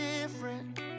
different